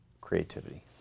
creativity